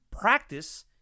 practice